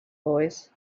voice